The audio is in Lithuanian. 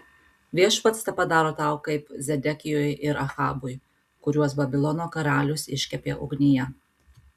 viešpats tepadaro tau kaip zedekijui ir ahabui kuriuos babilono karalius iškepė ugnyje